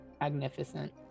magnificent